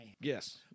Yes